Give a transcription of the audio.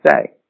say